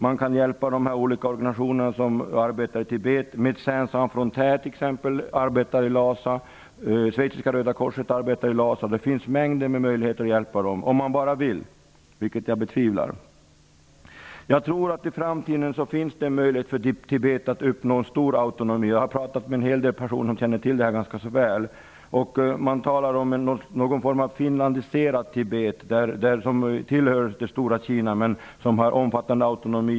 Man kan hjälpa de olika organisationerna, t.ex. Médécins sans frontières och Schweiziska röda korset, som arbetar i Lhasa. Det finns mängder med möjligheter att hjälpa dem om man bara vill, vilket jag betvivlar. Jag tror att det i framtiden kommer att finnas en möjlighet för Tibet att nå stor autonomi. Jag har talat med en hel del personer som känner till saken ganska väl. Man talar om någon form av finlandiserat Tibet då landet skulle tillhöra Kina men ha omfattande autonomi.